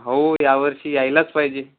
हो यावर्षी यायलाच पाहिजे